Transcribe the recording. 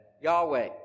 Yahweh